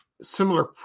similar